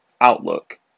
outlook